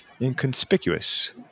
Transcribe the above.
inconspicuous